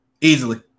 Easily